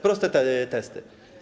Proste testy.